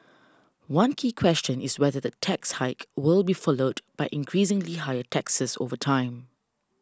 one key question is whether the tax hike will be followed by increasingly higher taxes over time